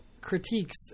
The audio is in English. critiques